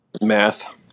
Math